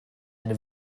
eine